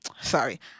sorry